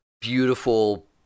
beautiful